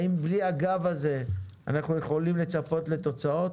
האם בלי הגב הזה אנחנו יכולים לצפות לתוצאות?